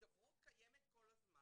הידברות קיימת כל הזמן.